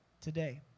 today